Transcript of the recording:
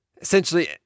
essentially